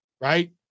right